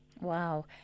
Wow